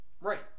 Right